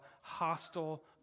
hostile